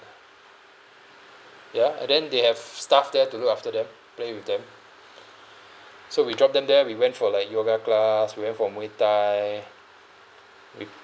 ya and then they have staff there to look after them play with them so we drop them there we went for like yoga class we went for muay thai we